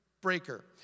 breaker